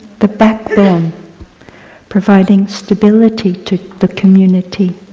the back bone providing stability to the community.